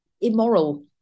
immoral